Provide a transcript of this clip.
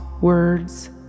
words